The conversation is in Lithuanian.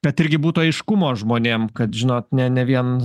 kad irgi būtų aiškumo žmonėm kad žinot ne ne vien